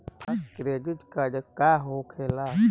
Fast credit का होखेला?